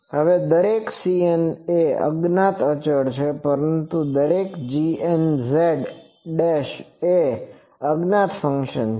હવે દરેક cn એ અજ્ઞાત અચળ છે પરંતુ દરેક gnz એ એક જ્ઞાત ફંક્શન છે